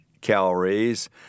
calories